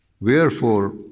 Wherefore